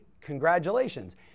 congratulations